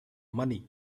money